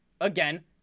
again